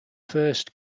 first